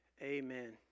Amen